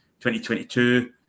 2022